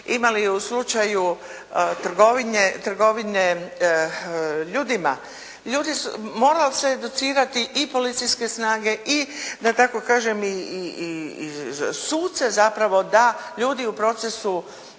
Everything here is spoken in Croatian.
imali u slučaju trgovine ljudima. Moralo se educirati i policijske snage i da tako kažem i suce zapravo da ljudi u procesu